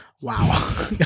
Wow